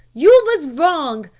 you vas wrong.